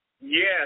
Yes